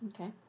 Okay